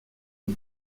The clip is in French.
aux